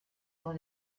dans